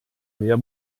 mehr